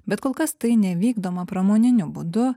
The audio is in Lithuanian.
bet kol kas tai nevykdoma pramoniniu būdu